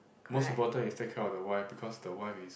most important is take care of the wife because the wife is